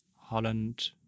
holland